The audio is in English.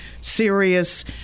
serious